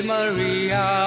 Maria